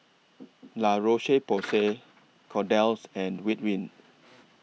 La Roche Porsay Kordel's and Ridwind